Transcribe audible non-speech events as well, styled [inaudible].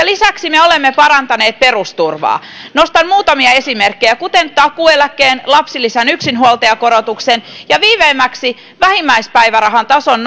[unintelligible] lisäksi me olemme parantaneet perusturvaa nostan muutamia esimerkkejä kuten takuueläkkeen lapsilisän yksinhuoltajakorotuksen ja viimeisimmäksi vähimmäispäivärahan tason [unintelligible]